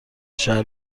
شهر